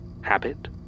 Habit